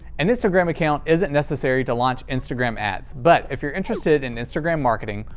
an instagram account isn't necessary to launch instagram ads, but, if you're interested in instagram marketing,